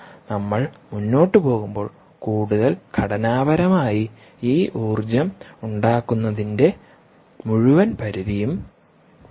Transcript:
നമ്മൾ മുന്നോട്ട് പോകുമ്പോൾ കൂടുതൽ ഘടനാപരമായി ഈ ഊർജ്ജം ഉണ്ടാക്കുന്നതിന്റെ മുഴുവൻ പരിധിയും നോക്കാം